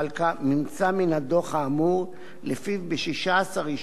הדוח האמור שלפיו ב-16 יישובים שנבדקו,